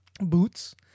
Boots